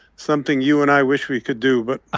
something you and i wish we could do. but. ah